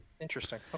Interesting